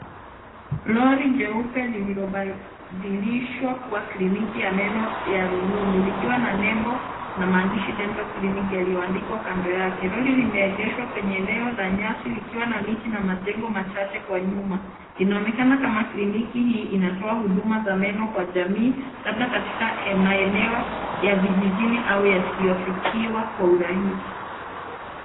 Lori jeupe lililobadilishwa kuwa kliniki ya meno ya rununu likiwa na nembo na maandishi Dental Clinic yaliyoandikwa kando yake. Lori limeegeshwa kwenye eneo la nyasi likiwa na miti na majengo machache kwa nyuma. Inaonekana kama kliniki hii inatoa huduma za meno kwa jamii, labda katika maeneo ya vijijini au yasiyofikiwa kwa urahisi.